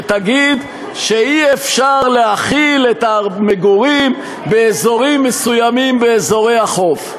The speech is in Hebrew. שתגיד שאי-אפשר להחיל את המגורים באזורים מסוימים באזורי החוף.